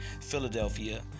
Philadelphia